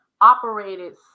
operated